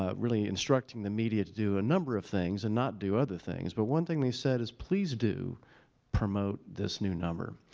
ah really instructing the media to do a number of things, and not do other things. but one thing they said is, please do promote this new number.